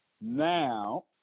Now